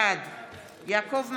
בעד יעקב מרגי,